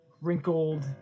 wrinkled